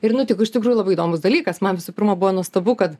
ir nutiko iš tikrųjų labai įdomus dalykas man visų pirma buvo nuostabu kad